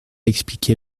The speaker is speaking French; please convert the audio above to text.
expliquer